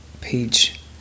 page